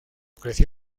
creció